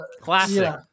Classic